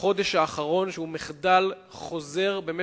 חשבנו שזו כנסת יחסית ירוקה,